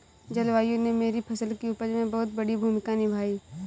जलवायु ने मेरी फसल की उपज में बहुत बड़ी भूमिका निभाई